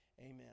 Amen